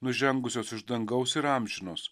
nužengusios iš dangaus ir amžinos